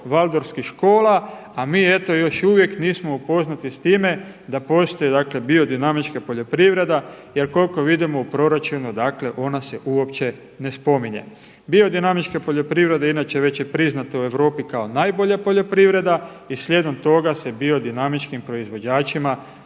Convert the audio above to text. waldorfskih škola, a mi eto još uvijek nismo upoznati s time da postoji biodinamička poljoprivreda, jel koliko vidimo u proračunu ona se uopće ne spominje. Biodinamička poljoprivreda inače je već priznata u Europi kao najbolja poljoprivreda i slijedom toga se biodinamičkim proizvođačima